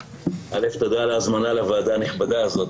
קודם כל תודה על ההזמנה לוועדה הנכבדה הזו.